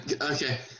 Okay